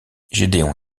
gédéon